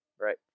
Right